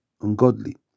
ungodly